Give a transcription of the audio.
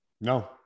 No